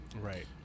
Right